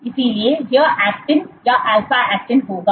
इसलिए यह ऐक्टिन या अल्फा ऐक्टिन होगा